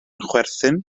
chwerthin